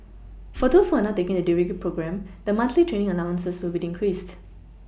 for those who are not taking the degree programme the monthly training allowances will be increased